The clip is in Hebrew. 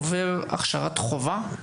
עובר הכשרת חובה?